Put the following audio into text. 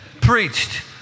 preached